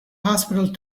hospital